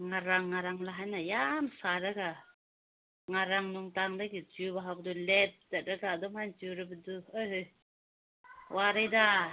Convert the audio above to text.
ꯉꯔꯥꯡ ꯉꯔꯥꯡ ꯅꯍꯥꯟꯅ ꯌꯥꯝ ꯁꯥꯔꯒ ꯉꯔꯥꯡ ꯅꯨꯡꯗꯥꯡꯗꯒꯤ ꯆꯨꯕ ꯍꯧꯕꯗꯨ ꯂꯦꯞꯇꯗꯅ ꯑꯗꯨꯝꯍꯥꯏꯅ ꯆꯨꯔꯕꯗꯨ ꯑꯣꯏ ꯍꯦ ꯋꯥꯔꯦꯗ